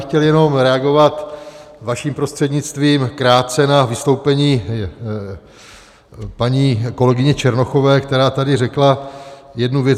Chtěl bych jenom reagovat vaším prostřednictvím krátce na vystoupení paní kolegyně Černochové, která tady řekla jednu věc.